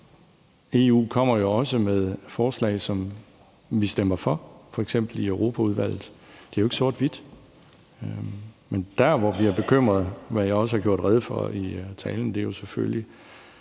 EU kommer jo også med forslag, som vi stemmer for, f.eks. i Europaudvalget. Det er jo ikke sort-hvidt. Men der, hvor vi er bekymrede, hvad jeg også gjorde rede for i talen, er selvfølgelig